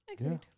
agreed